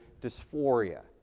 dysphoria